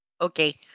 Okay